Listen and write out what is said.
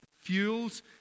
fuels